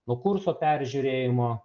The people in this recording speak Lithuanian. nuo kurso peržiūrėjimo